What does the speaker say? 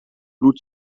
blut